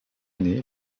année